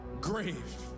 grave